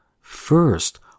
First